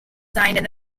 signed